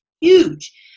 huge